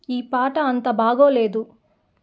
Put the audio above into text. ఈ పాట అంత బాగోలేదు